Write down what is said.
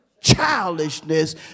childishness